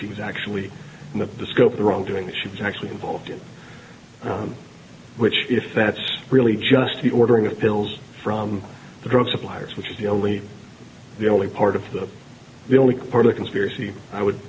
she was actually in the scope of wrongdoing that she was actually involved in which if that's really just the ordering of pills from the drug suppliers which is the only the only part of the the only court of conspiracy i would